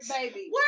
Baby